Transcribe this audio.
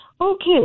okay